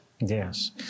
Yes